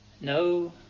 No